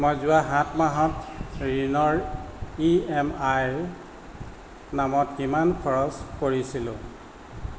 মই যোৱা সাত মাহত ঋণৰ ই এম আইৰ নামত কিমান খৰচ কৰিছিলোঁ